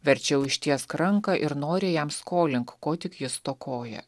verčiau ištiesk ranką ir noriai jam skolink ko tik jis stokoja